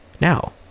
Now